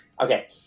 okay